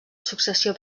successió